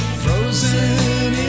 frozen